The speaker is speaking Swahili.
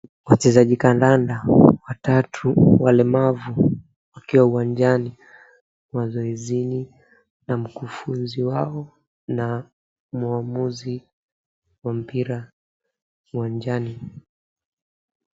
Wachezaji kandanda watatu walemavu, wakiwa uwanjani mazoezini na mkufunzi wao, na muamuzi wa mpira uwanjani.